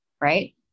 right